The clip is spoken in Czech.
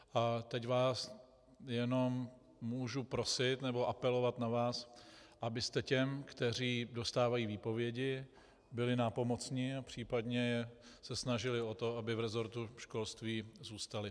A teď vás jenom můžu prosit nebo apelovat na vás, abyste těm, kteří dostávají výpovědi, byli nápomocni a případně se snažili o to, aby v resortu školství zůstali.